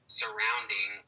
surrounding